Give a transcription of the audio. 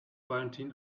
valentin